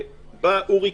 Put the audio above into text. תראה איך אתה,